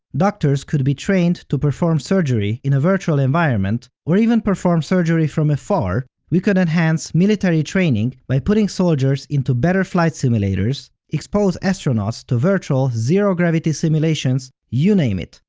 doctors could be trained to perform surgery in a virtual environment, or even perform surgery from afar, we could enhance military training by putting soldiers into better flight simulators, expose astronauts to virtual zero-gravity simulations, you name it.